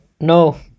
No